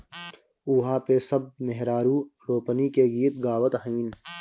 उहा पे सब मेहरारू रोपनी के गीत गावत हईन